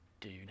dude